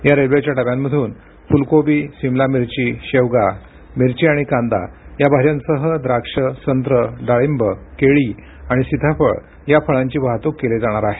या रेल्वेच्या डब्यांमधून फुलकोबी सिमला मिरची शेवगा मिरची आणि कांदा या भाज्यांसह द्राक्ष संत्र डाळींब केळी आणि सीताफळ या फळांची वाहतूक केली जाणार आहे